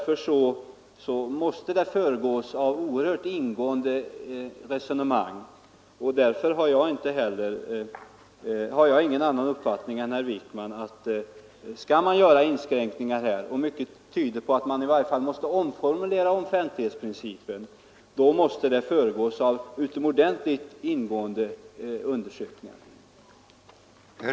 Förslaget måste föregås av oerhört ingående resonemang. Därför har jag ingen annan uppfattning än herr Wijkman. Om man här skall göra inskränkningar — mycket tyder på att man måste omformulera offentlighetsprincipen — måste dessa alltså bli föremål för utomordentligt ingående undersökningar.